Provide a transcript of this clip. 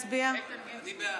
מה את מצביעה?